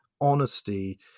honesty